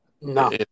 no